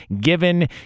given